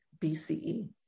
BCE